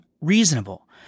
reasonable